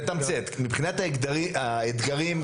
מבחינת האתגרים,